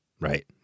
right